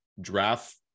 draft